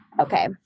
Okay